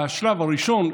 בשלב הראשון,